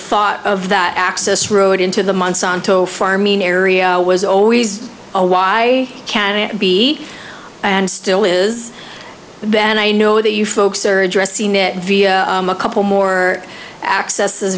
thought of that access road into the monsanto farming area was always a why can it be and still is then i know that you folks are addressing it via a couple more access